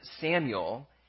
Samuel